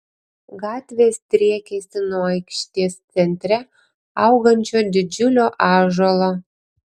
gatvės driekėsi nuo aikštės centre augančio didžiulio ąžuolo